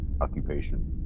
occupation